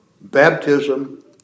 baptism